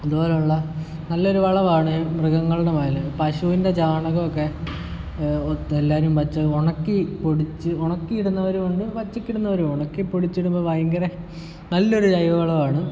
അതുപോലുള്ള നല്ലൊരു വളമാണ് മൃഗങ്ങളുടെ പോലെ പശുവിൻ്റെ ചാണകമൊക്കെ എല്ലാവരും വെച്ച് ഉണക്കി പൊടിച്ച് ഉണക്കി ഇടുന്നവരും ഉണ്ട് പച്ചക്കിടുന്നവരും ഉണ്ട് ഉണക്കിപ്പൊടിച്ച് ഇടുമ്പോൾ ഭയങ്കര നല്ലൊരു ജൈവ വളമാണ്